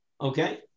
Okay